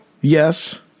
Yes